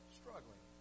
struggling